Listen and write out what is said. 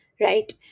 right